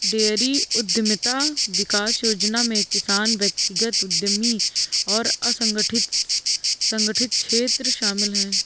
dairy उद्यमिता विकास योजना में किसान व्यक्तिगत उद्यमी और असंगठित संगठित क्षेत्र शामिल है